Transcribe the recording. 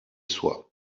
soi